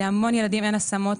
להמון ילדים אין השמות.